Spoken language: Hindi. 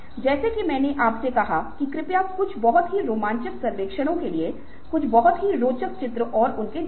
यदि विचार मशीनों से संबंधित है तो मशीन समय की आवश्यकता है